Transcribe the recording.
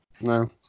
No